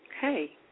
Hey